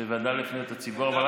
בוועדה לפניות הציבור.